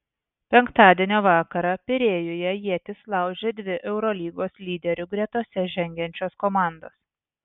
penktadienio vakarą pirėjuje ietis laužė dvi eurolygos lyderių gretose žengiančios komandos